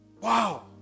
wow